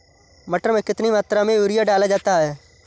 मटर में कितनी मात्रा में यूरिया डाला जाता है?